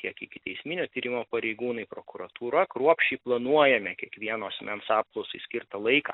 tiek ikiteisminio tyrimo pareigūnai prokuratūra kruopščiai planuojame kiekvieno asmens apklausai skirtą laiką